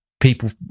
people